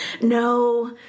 No